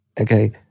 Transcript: Okay